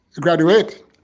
graduate